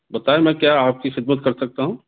بتائیں میں کیا آپ کی خدمت کرسکتا ہوں